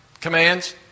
commands